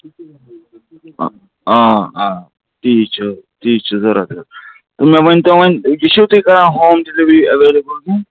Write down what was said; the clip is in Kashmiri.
آ آ آ تی چھُ تی چھُ ضوٚرَتھ حَظ تہٕ مےٚ ؤنۍتو وۄنۍ یہِ چھو تُہۍ کر ہوٚم ڈِلِؤری ایویلیبٕل